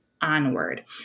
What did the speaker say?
onward